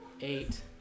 Eight